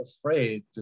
afraid